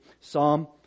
Psalm